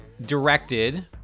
directed